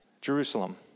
Jerusalem